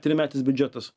trimetis biudžetas